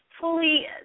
fully